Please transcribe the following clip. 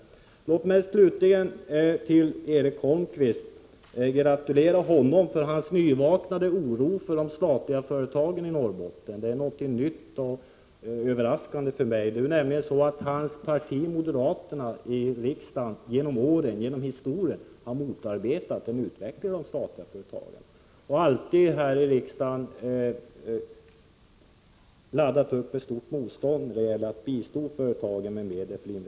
Låt mig till sist gratulera Erik Holmkvist till hans nyvakna oro för de statliga företagen i Norrbotten. Det är någonting nytt och överraskande för mig. Det är ju så att hans parti, moderaterna, genom åren, genom historien, motarbetat utvecklandet av de statliga företagen och alltid i riksdagen laddat upp med stort motstånd när det gällt att bistå företagen med medel till Prot.